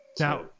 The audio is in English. now